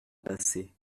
bassée